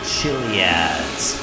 Chiliads